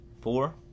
Four